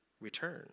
return